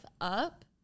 up